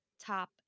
top